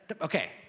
okay